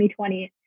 2020